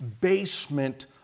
basement